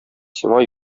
сиңа